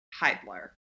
Heidler